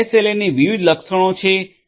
ની વિવિધ લક્ષણો છે એસ